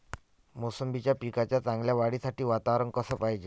मोसंबीच्या पिकाच्या चांगल्या वाढीसाठी वातावरन कस पायजे?